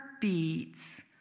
beats